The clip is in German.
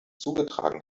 zugetragen